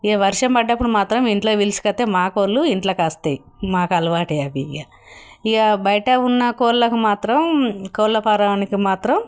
ఇక వర్షం పడ్డప్పుడు మాత్రం ఇంట్లోకి పిలుచుకొస్తే మాత్రం మా కోళ్ళు ఇంట్లోకి వస్తాయి మాకు అలవాటే అవి ఇక ఇక బయట ఉన్న కోళ్ళకు మాత్రం కోళ్ళ ఫారానికి మాత్రం